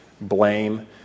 Blame